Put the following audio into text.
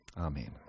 Amen